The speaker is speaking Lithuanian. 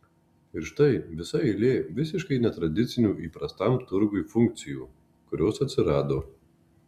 ir štai visa eilė visiškai netradicinių įprastam turgui funkcijų kurios atsirado